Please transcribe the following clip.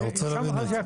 אני אסביר את זה,